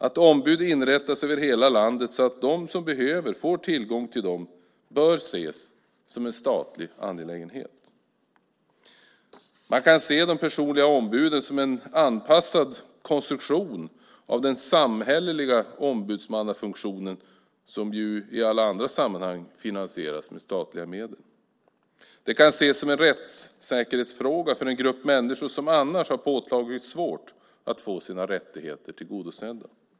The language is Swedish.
Att ombud inrättas över hela landet så att de som behöver får tillgång till dem bör ses som en statlig angelägenhet. Man kan se de personliga ombuden som en anpassad konstruktion av den samhälleliga ombudsmannafunktionen, som ju i alla andra sammanhang finansieras med statliga medel. Det kan ses som en rättssäkerhetsfråga för en grupp människor som annars har påtagligt svårt att få sina rättigheter tillgodosedda.